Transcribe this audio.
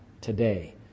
today